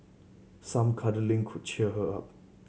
some cuddling could cheer her up